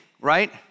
right